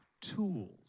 tools